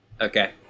Okay